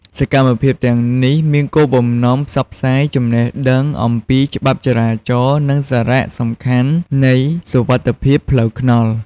សកម្មភាពទាំងនេះមានគោលបំណងផ្សព្វផ្សាយចំណេះដឹងអំពីច្បាប់ចរាចរណ៍ និងសារៈសំខាន់នៃសុវត្ថិភាពផ្លូវថ្នល់។